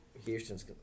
Houston's